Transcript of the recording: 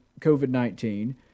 COVID-19